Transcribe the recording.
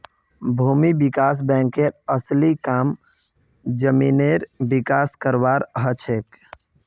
भूमि विकास बैंकेर असली काम जमीनेर विकास करवार हछेक